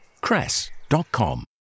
cress.com